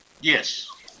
Yes